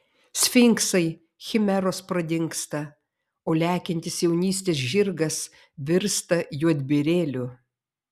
sfinksai chimeros pradingsta o lekiantis jaunystės žirgas virsta juodbėrėliu